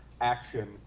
action